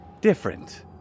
different